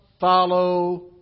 Follow